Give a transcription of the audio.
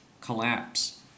Collapse